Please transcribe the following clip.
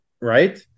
Right